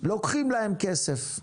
לוקחים להם כסף.